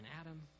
Adam